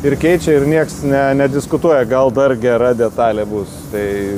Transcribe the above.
ir keičia ir nieks ne nediskutuoja gal dar gera detalė bus tai